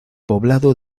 poblado